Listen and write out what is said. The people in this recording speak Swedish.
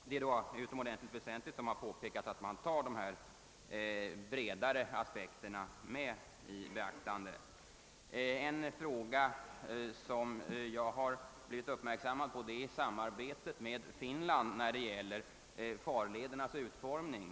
Det är då, såsom har påpekats, utomordentligt väsentligt att dessa bredare aspekter tas i beaktande. En sak som jag har blivit uppmärksammad på är samarbetet med Finland vid farledernas utformning.